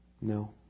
No